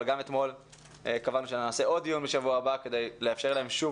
אבל קבענו שנעשה עוד יום דיון בשבוע הבא כדי לאפשר להם שוב